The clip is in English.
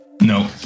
No